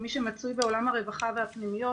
כמי שמצוי בעולם הרווחה והפנימיות,